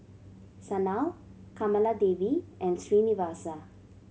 Sanal Kamaladevi and Srinivasa